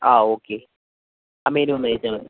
ആ ഓക്കെ ആ മെനു ഒന്നയച്ചാൽ മതി